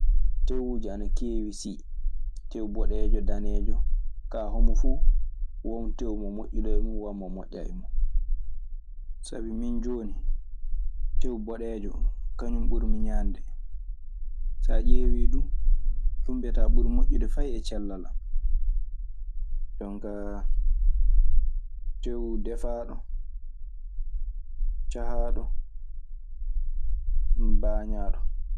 Tewuji ana kewi si, tewu ɓoɗeji, daneji, ka homo fu wo tewu noju ɗo e mun e mo moja e mun. Sabi min jooni teew boɗeejo oo kañun ɓuri mi ñaande. So a ƴeewii du, ɗun mbiyataa ɓuri moƴƴude fay e cella an. Jooni ka tewu defaaɗo, cahaaɗo, bañaaɗo.